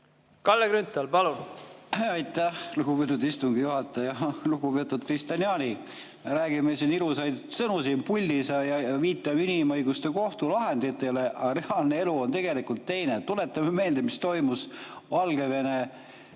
Kalle Grünthal, palun! Aitäh, lugupeetud istungi juhataja! Lugupeetud Kristian Jaani! Me räägime ilusaid sõnu siin puldis ja viitame inimõiguste kohtu lahenditele, aga reaalne elu on tegelikult teine. Tuletame meelde, mis toimus